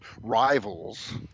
rivals